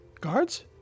Guards